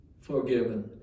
forgiven